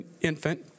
infant